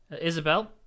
Isabel